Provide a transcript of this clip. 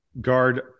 guard